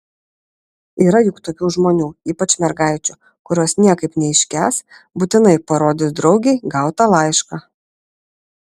yra juk tokių žmonių ypač mergaičių kurios niekaip neiškęs būtinai parodys draugei gautą laišką